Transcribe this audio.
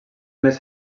més